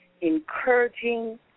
encouraging